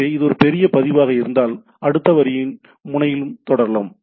எனவே இது ஒரு பெரிய பதிவாக இருந்தால் அடுத்த வரியில் முனையிலும் தொடரலாம்